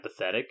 empathetic